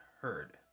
heard